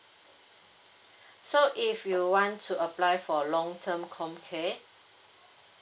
so if you want to apply for long term comcare